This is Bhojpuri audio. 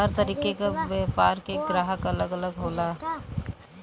हर तरीके क व्यापार के ग्राहक अलग अलग होला